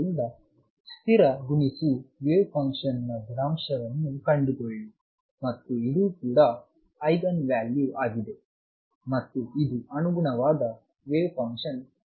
ಆದ್ದರಿಂದ ಸ್ಥಿರ ಗುಣಿಸು ವೇವ್ ಫಂಕ್ಷನ್ನ ಗುಣಾಂಶ ವನ್ನು ಕಂಡುಕೊಳ್ಳಿ ಮತ್ತು ಇದು ಕೂಡ ಐಗನ್ ವ್ಯಾಲ್ಯೂ ಆಗಿದೆ ಮತ್ತು ಇದು ಅನುಗುಣವಾದ ವೇವ್ ಫಂಕ್ಷನ್